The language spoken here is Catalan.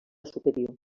superior